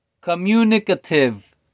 communicative